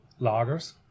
lagers